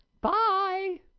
Bye